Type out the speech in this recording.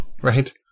right